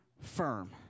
firm